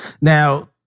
Now